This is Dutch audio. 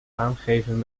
aangeven